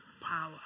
power